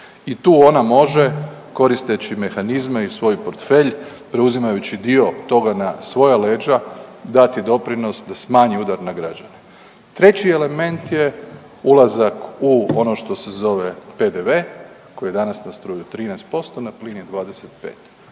i tu ona može koristeći mehanizme i svoj portfelj preuzimajući dio toga na svoja leđa dati doprinos da smanji udar na građane. Treći element je ulazak u ono što se zove PDV koji je danas na struju 13%, na plin je